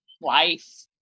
life